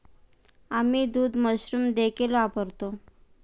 आम्ही दूध मशरूम देखील वापरतो